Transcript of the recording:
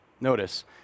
Notice